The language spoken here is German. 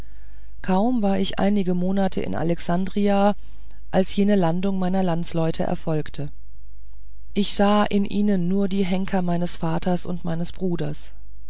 kaum war ich einige monate in alexandria als jene landung meiner landsleute erfolgte ich sah in ihnen nur die henker meines vaters und meines bruders